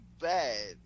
bad